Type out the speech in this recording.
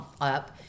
up